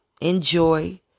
enjoy